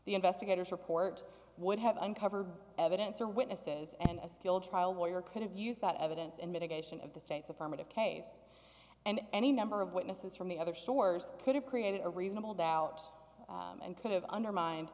the investigators report would have uncovered evidence or witnesses and a skilled trial lawyer could have used that evidence in mitigation of the state's affirmative case and any number of witnesses from the other stores could have created a reasonable doubt and could have undermined